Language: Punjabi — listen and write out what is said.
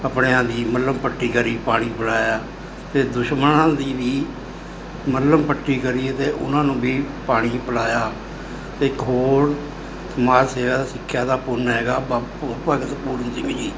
ਆਪਣਿਆਂ ਦੀ ਮੱਲ੍ਹਮ ਪੱਟੀ ਕਰੀ ਪਾਣੀ ਪਿਲਾਇਆ ਅਤੇ ਦੁਸ਼ਮਣਾਂ ਦੀ ਵੀ ਮੱਲ੍ਹਮ ਪੱਟੀ ਕਰੀ ਏ ਅਤੇ ਉਹਨਾਂ ਨੂੰ ਵੀ ਪਾਣੀ ਪਿਲਾਇਆ ਅਤੇ ਇੱਕ ਹੋਰ ਸਮਾਜ ਸੇਵਾ ਸਿੱਖਿਆ ਦਾ ਪੁੰਨ ਹੈਗਾ ਬਾ ਭ ਭਗਤ ਪੂਰਨ ਸਿੰਘ ਜੀ